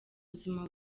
buzima